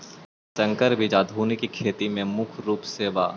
संकर बीज आधुनिक खेती में मुख्य रूप से बा